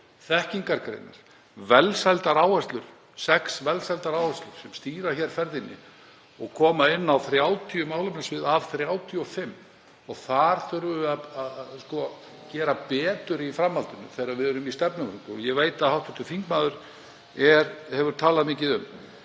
þekkingargreinar, velsældaráherslur, sex velsældaráherslur sem stýra ferðinni og koma inn á 30 málefnasvið af 35. Þar þurfum við að gera betur í framhaldinu þegar við erum í stefnumörkun, sem ég veit að hv. þingmaður hefur talað mikið um.